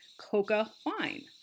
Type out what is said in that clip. Coca-Wine